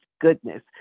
goodness